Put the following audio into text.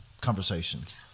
conversations